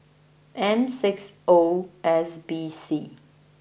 M six O S B C